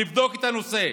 לבדוק את הנושא.